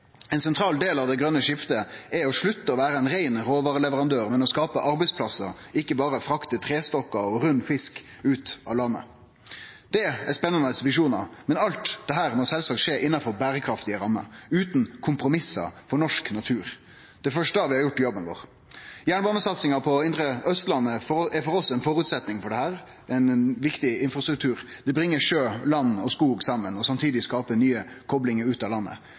Ein sentral del av det grøne skiftet er å slutte å vere ein rein råvareleverandør og heller skape arbeidsplassar, ikkje berre frakte trestokkar og rund fisk ut av landet. Det er spennande visjonar, men alt dette må sjølvsagt skje innanfor berekraftige rammer, utan kompromiss for norsk natur. Det er først da vi har gjort jobben vår. Jernbanesatsinga på indre Austlandet er for oss ein føresetnad for dette, det er ein viktig infrastruktur. Det bringar sjø, land og skog saman og skaper samtidig nye koplingar ut av landet.